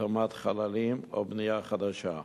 התאמת חללים או בנייה חדשה.